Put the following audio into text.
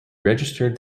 registered